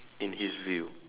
in his view